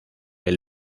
del